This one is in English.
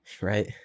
right